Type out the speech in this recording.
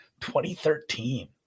2013